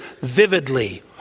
vividly